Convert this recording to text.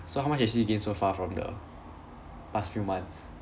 so how much has he gained so far from the past few months